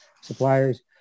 suppliers